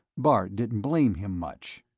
bart didn't blame him much.